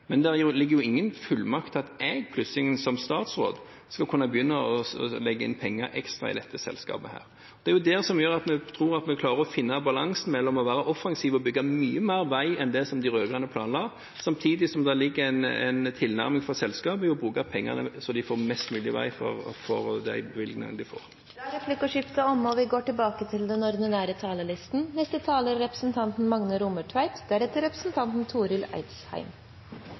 Men det ligger ingen fullmakter der om at jeg som statsråd skal kunne begynne å legge inn ekstra penger i dette selskapet. Det er jo det som gjør at vi tror at vi klarer å finne balansen ved det å være offensiv og bygge mye mer vei enn det som de rød-grønne planla, samtidig som det ligger en tilnærming her fra selskapet om å bruke pengene slik at de får mest mulig vei for de bevilgingene de får. Replikkordskiftet er omme. Eg vil også takka saksordføraren for framlegginga hans og for at han har losa komiteen gjennom denne litt krunglete, smale vegen fram til i dag. Me er